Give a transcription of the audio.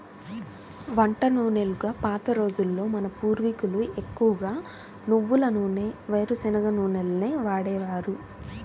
వంట నూనెలుగా పాత రోజుల్లో మన పూర్వీకులు ఎక్కువగా నువ్వుల నూనె, వేరుశనగ నూనెలనే వాడేవారు